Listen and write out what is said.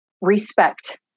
Respect